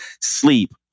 sleep